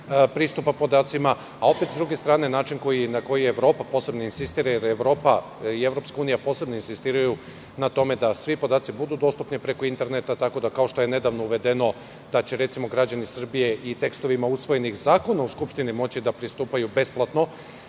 pristupa podacima, a opet, s druge strane, način i na koji Evropa posebno insistira, jer Evropa i EU posebno insistiraju na tome da svi podaci budu dostupni preko interneta, tako da kao što je nedavno uvedeno da će, recimo, građani Srbije i tekstovima usvojenih zakona u Skupštini moći da pristupaju besplatno,